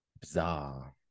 Bizarre